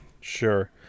Sure